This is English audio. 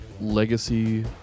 legacy